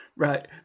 Right